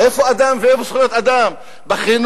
איפה אדם ואיפה זכויות אדם בחינוך,